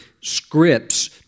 scripts